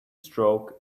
stroke